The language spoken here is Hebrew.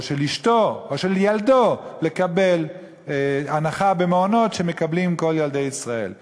של אשתו או של ילדו לקבל הנחה שמקבלים כל ילדי ישראל במעונות?